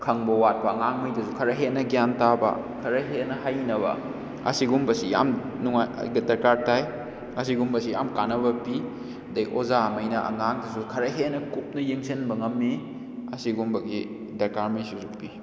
ꯈꯪꯕ ꯋꯥꯠꯄ ꯑꯉꯥꯡ ꯈꯩꯗꯁꯨ ꯈꯔ ꯍꯦꯟꯅ ꯒ꯭ꯌꯥꯟ ꯇꯥꯕ ꯈꯔ ꯍꯦꯟꯅ ꯍꯩꯅꯕ ꯑꯁꯤꯒꯨꯝꯕꯁꯤ ꯌꯥꯝ ꯗꯔꯀꯥꯔ ꯇꯥꯏ ꯑꯁꯤꯒꯨꯝꯕꯁꯤ ꯌꯥꯝ ꯀꯥꯟꯅꯕ ꯄꯤ ꯑꯗꯩ ꯑꯣꯖꯥ ꯉꯩꯅ ꯑꯉꯥꯡꯗꯁꯨ ꯈꯔ ꯍꯦꯟꯅ ꯀꯨꯞꯅ ꯌꯦꯡꯁꯤꯟꯕ ꯉꯝꯃꯤ ꯑꯁꯤꯒꯨꯝꯕꯒꯤ ꯗꯔꯀꯥꯔ ꯃꯩꯁꯤꯁꯨ ꯄꯤ